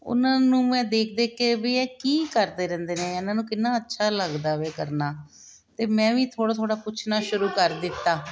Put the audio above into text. ਉਨ੍ਹਾਂ ਨੂੰ ਮੈਂ ਦੇਖ ਦੇਖ ਕੇ ਵੀ ਇਹ ਕੀ ਕਰਦੇ ਰਹਿੰਦੇ ਨੇ ਇਹਨਾਂ ਨੂੰ ਕਿੰਨਾ ਅੱਛਾ ਲੱਗਦਾ ਵਾ ਇਹ ਕਰਨਾ ਤੇ ਮੈਂ ਵੀ ਥੋੜ੍ਹਾ ਥੋੜ੍ਹਾ ਪੁੱਛਣਾ ਸ਼ੁਰੂ ਕਰ ਦਿੱਤਾ